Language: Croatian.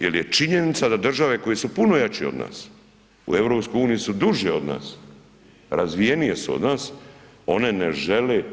Jer je činjenica da države koje su puno jače od nas u EU su duže od nas, razvijenije su od nas, one ne žele